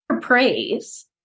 praise